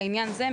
לעניין זה,